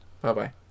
Bye-bye